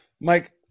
Mike